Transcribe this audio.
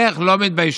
איך לא מתביישים?